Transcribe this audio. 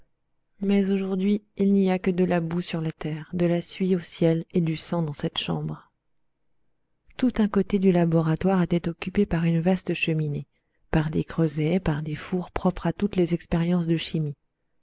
mais aujourd'hui il n'y a que de la boue sur la terre de la suie au ciel et du sang dans cette chambre tout un côté du laboratoire était occupé par une vaste cheminée par des creusets par des fours propres à toutes expériences de chimie